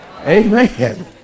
Amen